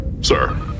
Sir